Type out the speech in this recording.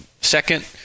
Second